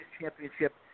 championship